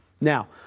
Now